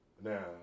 Now